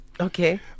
Okay